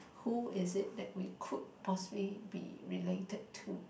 who is it that we could possibly be related to